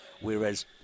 whereas